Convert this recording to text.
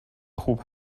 خوب